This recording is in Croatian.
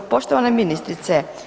Poštovana ministrice.